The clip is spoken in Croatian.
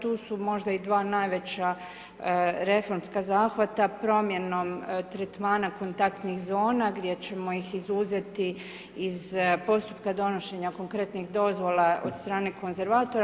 Tu su možda i dva najveća reformska zahvata promjenom tretmana kontaktnih zona gdje ćemo ih izuzeti iz postupka donošenja konkretnih dozvola od strane konzervatora.